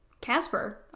Casper